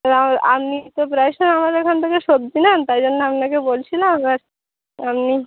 এবার আপনি তো প্রায় সময় আমার এখান থেকে সবজি নেন তাই জন্য আপনাকে বলছিলাম আমনি